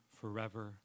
forever